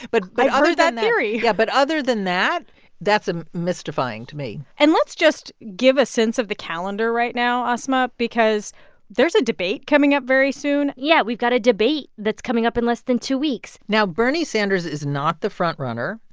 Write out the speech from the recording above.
but. i've heard that theory yeah. but other than that that's ah mystifying to me and let's just give a sense of the calendar right now, asma, because there's a debate coming up very soon yeah, we've got a debate that's coming up in less than two weeks now bernie sanders is not the frontrunner.